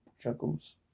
Chuckles